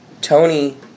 Tony